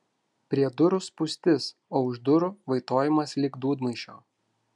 prie durų spūstis o už durų vaitojimas lyg dūdmaišio